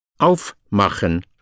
aufmachen